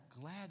Glad